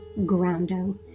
Groundo